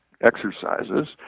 exercises